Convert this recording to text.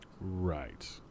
right